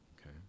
okay